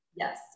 Yes